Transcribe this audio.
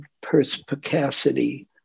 perspicacity